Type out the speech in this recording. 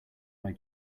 may